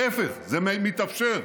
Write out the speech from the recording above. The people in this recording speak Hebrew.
להפך, זה מתאפשר.